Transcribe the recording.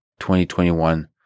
2021